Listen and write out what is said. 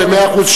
במאה אחוז,